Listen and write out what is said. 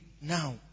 now